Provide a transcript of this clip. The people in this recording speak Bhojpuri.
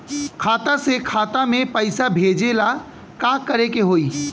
खाता से खाता मे पैसा भेजे ला का करे के होई?